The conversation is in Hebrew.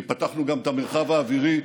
כי פתחנו גם את המרחב האווירי,